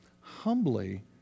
humbly